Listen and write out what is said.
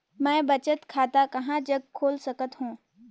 मैं बचत खाता कहां जग खोल सकत हों?